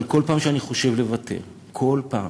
אבל כל פעם שאני חושב לוותר, כל פעם,